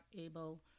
able